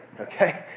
Okay